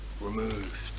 removed